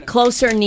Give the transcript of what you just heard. Closer